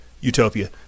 utopia